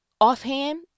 offhand